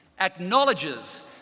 acknowledges